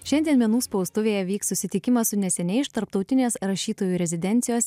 šiandien menų spaustuvėje vyks susitikimas su neseniai iš tarptautinės rašytojų rezidencijos